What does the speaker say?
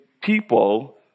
people